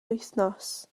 wythnos